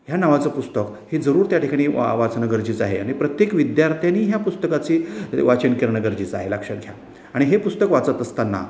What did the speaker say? ह्या नावाचं पुस्तक ही जरूर त्या ठिकाणी वा वाचणं गरजेचं आहे आणि प्रत्येक विद्यार्थ्यांनी ह्या पुस्तकाचे वाचन करणं गरजेचं आहे लक्षात घ्या आणि हे पुस्तक वाचत असताना